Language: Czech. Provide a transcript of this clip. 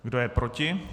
Kdo je proti?